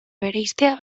bereiztea